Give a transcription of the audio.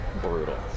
brutal